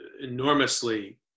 enormously